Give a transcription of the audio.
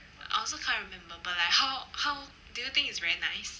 I also can't remember but like how how do you think is very nice